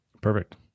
Perfect